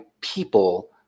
people